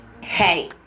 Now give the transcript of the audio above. Hey